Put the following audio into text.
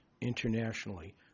internationally